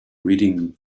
reading